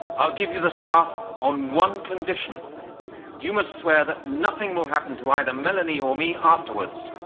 i'll give you the staff on one condition you must swear that nothing will happen to either melanie or me afterwards.